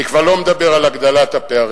אני כבר לא מדבר על הגדלת הפערים.